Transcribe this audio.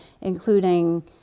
including